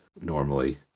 normally